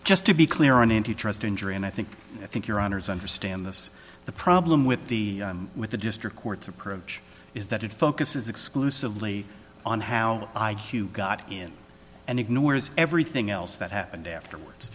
just to be clear on antitrust injury and i think i think your honour's understand this the problem with the with the district courts approach is that it focuses exclusively on how i q got in and ignores everything else that happened afterwards